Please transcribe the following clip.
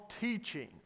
teaching